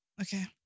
Okay